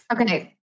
Okay